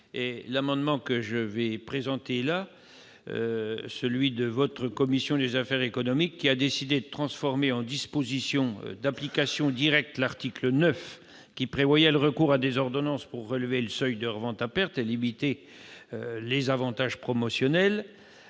amendements qui viennent d'être défendus, mais votre commission des affaires économiques, mes chers collègues, a décidé de transformer en dispositions d'application directe l'article 9, qui prévoyait le recours à des ordonnances pour relever le seuil de revente à perte et limiter les avantages promotionnels.